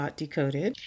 decoded